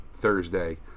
thursday